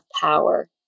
power